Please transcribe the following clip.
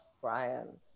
Brian